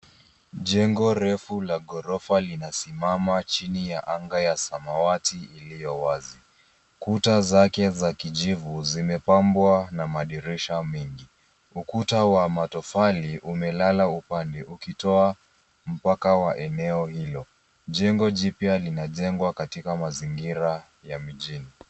Jengo refu la ghorofa linasimama chini ya anga ya samawati iliyo wazi. Kuta zake za kijivu zimepambwa na madirisha mengi. Ukuta wa matofali umelala upande ukitoa mpaka wa eneo hilo. Jengo jipya linajengwa katika mazingira ya mijini.